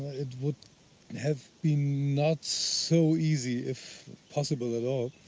it would have been not so easy, if possible at all,